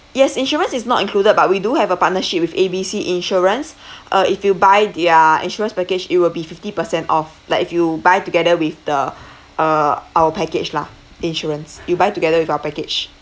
yes insurance is not included but we do have a partnership with A B C insurance uh if you buy their insurance package it will be fifty percent off like if you buy together with the err our package lah insurance you buy together with our package